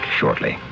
shortly